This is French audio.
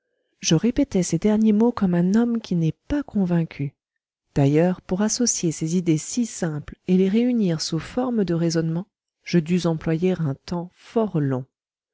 je répétai ces derniers mots comme un homme qui n'est pas convaincu d'ailleurs pour associer ces idées si simples et les réunir sous forme de raisonnement je dus employer un temps fort long